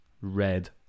Red